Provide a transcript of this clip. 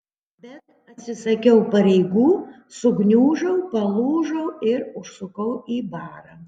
bet atsisakiau pareigų sugniužau palūžau ir užsukau į barą